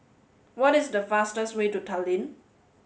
what is the fastest way to Tallinn